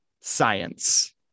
science